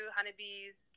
Honeybees